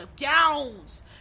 gowns